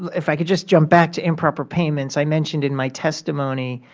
if i could just jump back to improper payments. i mentioned in my testimony,